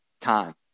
time